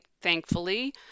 thankfully